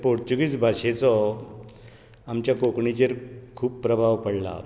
ते पुर्तूगीज भाशेचो आमच्या कोंकणीचेर खूब प्रभाव पडला